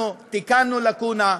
אנחנו תיקנו לקונה,